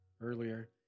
earlier